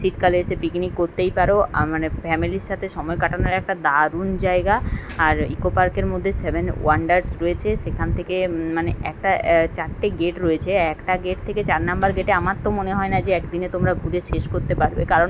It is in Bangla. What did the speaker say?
শীতকালে এসে পিকনিক করতেই পারো মানে ফ্যামেলির সাথে সময় কাটানোর একটা দারুণ জায়গা আর ইকো পার্কের মধ্যে সেভেন ওয়ান্ডার্স রয়েছে সেখান থেকে মানে একটা চারটে গেট রয়েছে একটা গেট থেকে চার নম্বর গেটে আমার তো মনে হয় না যে এক দিনে তোমরা ঘুরে শেষ করতে পারবে কারণ